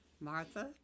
Martha